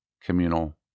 communal